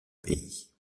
pays